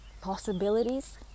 possibilities